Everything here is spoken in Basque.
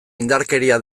indarkeria